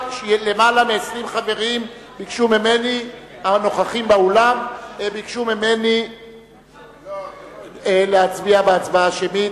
יותר מ-20 חברים הנוכחים באולם ביקשו ממני להצביע בהצבעה שמית.